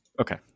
Okay